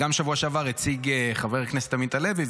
גם בשבוע שעבר הציג חבר הכנסת עמית הלוי,